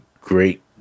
great